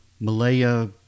Malaya